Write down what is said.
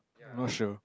not sure